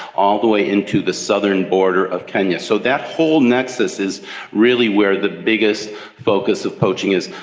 all the way into the southern border of kenya. so that whole nexus is really where the biggest focus of poaching is.